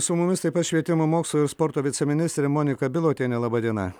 su mumis taip pat švietimo mokslo ir sporto viceministrė monika bilotienė laba diena